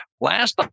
last